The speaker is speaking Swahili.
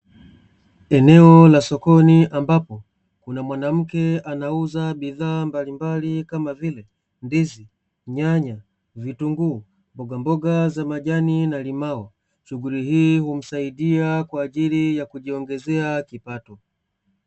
Eneo la sokoni ambapo kuna mwanamke anauza bidhaa mbalimbali kama vile: ndizi, nyanya, vitunguu, mboga mboga za majani na limao. Shughuli hii humsaidia kwa ajili ya kujiongezea kipato.